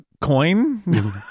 coin